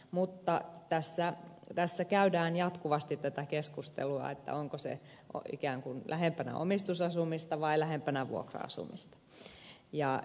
mutta tässä käydään jatkuvasti tätä keskustelua onko se lähempänä omistusasumista vai lähempänä vuokra asumista